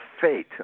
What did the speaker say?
fate